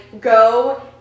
go